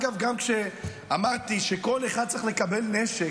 אגב, גם כשאמרתי שכל אחד צריך לקבל נשק,